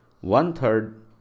one-third